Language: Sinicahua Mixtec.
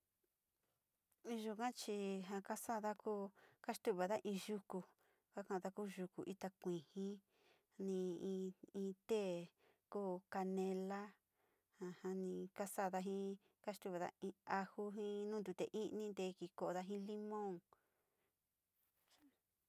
In yuga chi ja kasada kuu kastu´uvada in yoku, kakado in yuku ita kuiji ni, in, in tee ko canela ni kasada ji kastu´uvada in aju jii ntute ni’inii te ki ko´oda ji limón.